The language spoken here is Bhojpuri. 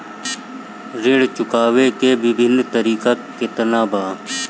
ऋण चुकावे के विभिन्न तरीका केतना बा?